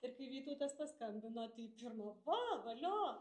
ir kai vytautas paskambino tai pirma va valio